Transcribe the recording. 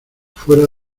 fuera